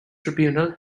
tribunal